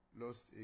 lost